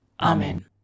Amen